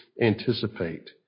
anticipate